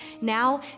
Now